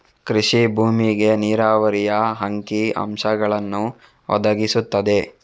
ಕೃಷಿ ಭೂಮಿಗೆ ನೀರಾವರಿಯ ಅಂಕಿ ಅಂಶಗಳನ್ನು ಒದಗಿಸುತ್ತದೆ